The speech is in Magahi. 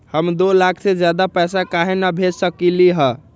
हम दो लाख से ज्यादा पैसा काहे न भेज सकली ह?